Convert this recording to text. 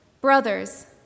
Brothers